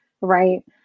right